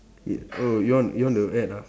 oh you want you want to add ah